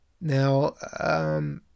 now